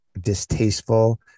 distasteful